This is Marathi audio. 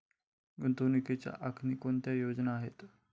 गुंतवणुकीच्या आणखी कोणत्या योजना आहेत?